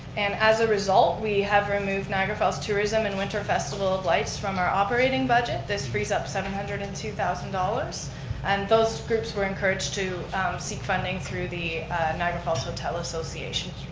and as a result, we have removed niagara falls tourism and winter festival of lights from our operating budget, this frees up seven hundred and two thousand dollars and those groups were encouraged to seek funding through the niagara falls hotel association,